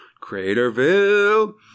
Craterville